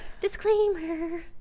Disclaimer